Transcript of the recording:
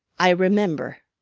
i remember.